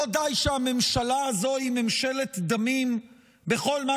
לא די שהממשלה הזו היא ממשלת דמים בכל מה